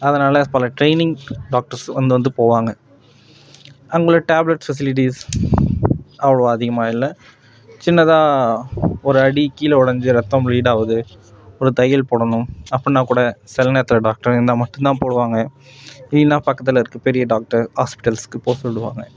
அதனால் பல training doctors வந்து வந்து போவாங்க அங்கலாம் டெப்லட்ஸ் ஃபெசிலிட்டீஸ் அவ்வளோ அதிகமாக இல்லை சின்னதாக ஒரு அடி கீழே ஒடஞ்சு ரத்தம் பிளீடாவுது ஒரு தையல் போடணும் அப்படினா கூட சில நேரத்தில் டாக்டர் இருந்தால் மட்டும்தான் போடுவாங்க இல்லைனா பக்கத்தலிருக்க பெரிய டாக்டர் ஆஸ்பெட்டலுக்கு போக சொல்லுவாங்க